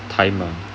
time ah